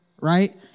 right